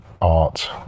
art